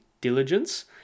diligence